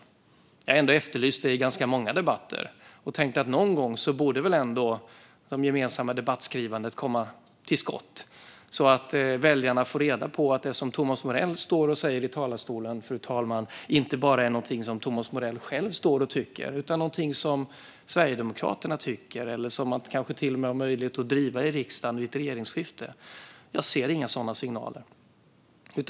Det har jag ändå efterlyst i ganska många debatter och tänkt att någon gång borde det gemensamma debattskrivandet komma till skott så att väljarna får reda på att det som Thomas Morell säger i talarstolen, fru talman, inte bara är något som han själv tycker utan något som Sverigedemokraterna tycker eller kanske till och med något som man har möjlighet att driva i riksdagen vid ett regeringsskifte. Jag ser inga sådana signaler.